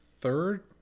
third